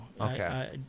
Okay